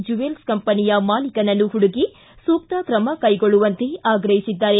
jewel ಕಂಪನಿಯ ಮಾಲಿಕನನ್ನು ಹುಡುಕಿ ಸೂಕ್ತ ಕ್ರಮ ಕೈಗೊಳ್ಳುವಂತೆ ಆಗ್ರಹಿಸಿದ್ದಾರೆ